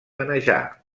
manejar